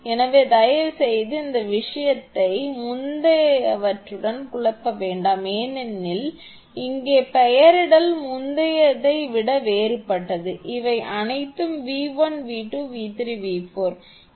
எனவே தயவுசெய்து இந்த விஷயத்தை முந்தையவற்றுடன் குழப்ப வேண்டாம் ஏனென்றால் இங்கே பெயரிடல் முந்தையதை விட வேறுபட்டது இவை அனைத்தும் 𝑣1 𝑣2 𝑣3 𝑣4